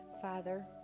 Father